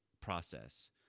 process